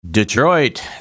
Detroit